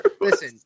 Listen